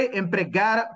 empregar